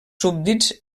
súbdits